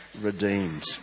redeemed